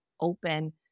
open